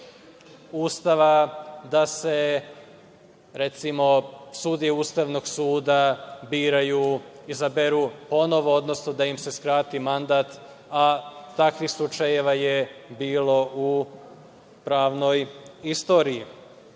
Ustava da se, recimo, sudije Ustavnog suda biraju, izaberu ponovo, odnosno da im se skrati mandat, a takvih slučajeva je bilo u pravnoj istoriji. Znači,